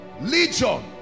Legion